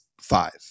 five